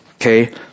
okay